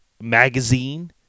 magazine